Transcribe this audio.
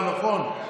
נכון,